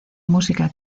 música